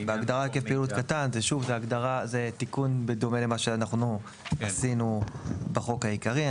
בהגדרה "היקף פעילות קטן" זה תיקון בדומה למה שעשינו בחוק העיקרי.